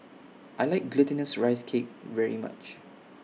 I like Glutinous Rice Cake very much